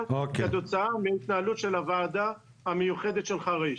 כתוצאה מהתנהלות הוועדה המיוחדת של חריש.